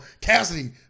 Cassidy